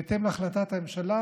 בהתאם להחלטת הממשלה,